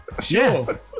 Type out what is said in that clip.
sure